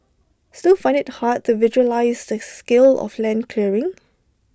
still find IT hard to visualise the scale of land clearing